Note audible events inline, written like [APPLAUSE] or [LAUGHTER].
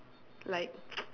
like [NOISE]